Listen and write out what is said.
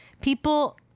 people